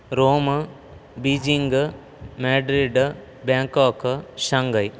Rome Beijing Madrid Bangkok Shanghai